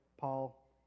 Paul